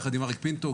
יחד עם אריק פינטו,